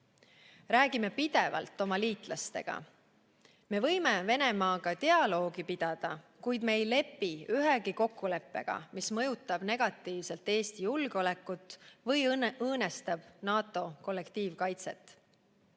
Räägime pidevalt oma liitlastega. Me võime Venemaaga dialoogi pidada, kuid me ei lepi ühegi kokkuleppega, mis mõjutab negatiivselt Eesti julgeolekut või õõnestab NATO kollektiivkaitset.